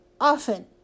often